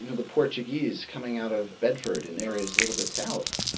you know the portuguese coming out of bedford, in areas a little bit south.